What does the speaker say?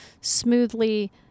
smoothly